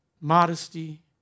modesty